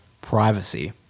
privacy